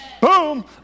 Boom